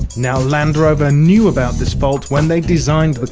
now land rover knew about this fault when they designed the